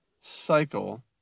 cycle